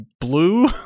blue